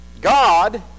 God